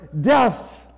death